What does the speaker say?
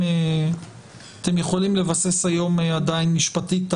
האם אתם יכולים לבסס היום עדיין משפטית את